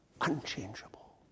unchangeable